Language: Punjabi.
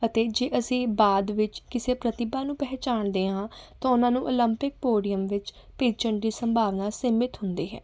ਅਤੇ ਜੇ ਅਸੀਂ ਬਾਅਦ ਵਿੱਚ ਕਿਸੇ ਪ੍ਰਤੀਭਾ ਨੂੰ ਪਹਿਚਾਣਦੇ ਹਾਂ ਤਾਂ ਉਹਨਾਂ ਨੂੰ ਓਲੰਪਿਕ ਪੋਡੀਅਮ ਵਿੱਚ ਭੇਜਣ ਦੀ ਸੰਭਾਵਨਾ ਸੀਮਿਤ ਹੁੰਦੀ ਹੈ